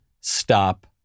stop